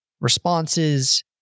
responses